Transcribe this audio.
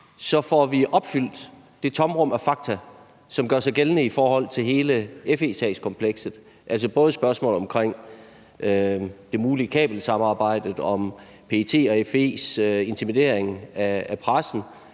får opfyldt det tomrum af fakta, som gør sig gældende i forhold til hele FE-sagskomplekset, altså både spørgsmåetl om det mulige kabelsamarbejde, om PET og FE's intimidering af pressen,